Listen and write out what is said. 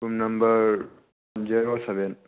room number zero seven